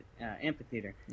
amphitheater